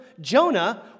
Jonah